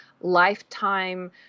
lifetime